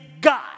God